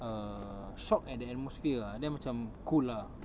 err shocked at the atmosphere ah then macam cool lah